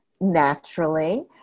naturally